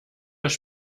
das